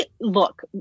look